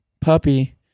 puppy